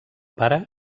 pare